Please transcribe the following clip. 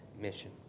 mission